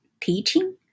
teaching